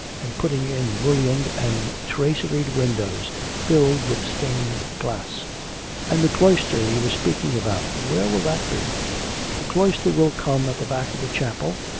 and putting in mullioned and traceried windows filled with stained glass and the cloister you are speaking about where will that be the cloister will come at the back of the chapel,